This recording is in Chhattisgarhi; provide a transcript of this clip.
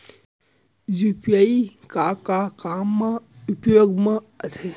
यू.पी.आई का का काम मा उपयोग मा आथे?